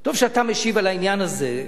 טוב שאתה משיב על העניין הזה,